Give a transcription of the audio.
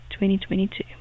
2022